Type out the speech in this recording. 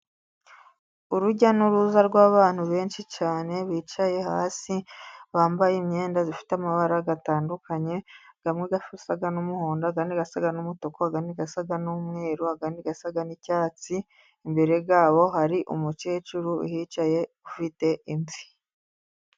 Urujya n'uruza rw'abantu benshi cyane bicaye hasi, bambaye imyenda ifite amabara atandukanye amwe asa n'umuhondo, ayandi asa n'umutu, ayandi asa n'umweru, ayandi asa n'icyatsi. Imbere yabo hari umukecu uhicaye ufite imvi.